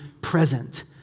present